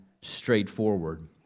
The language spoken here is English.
straightforward